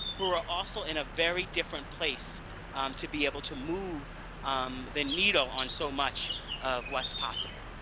who are also in a very different place um to be able to move um the needle on so much of what's possible.